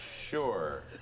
Sure